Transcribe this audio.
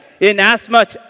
Inasmuch